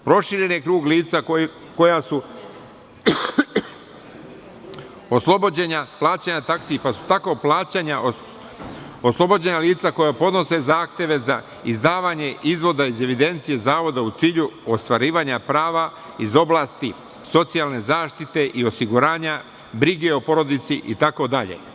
Proširen je krug lica koja su oslobođena plaćanja taksi, pa su tako plaćanja oslobođena lica koja podnose zahteve za izdavanje izvoda iz evidencije Zavoda, u cilju ostvarivanja prava iz oblasti socijalne zaštite i osiguranja brige o porodici, itd.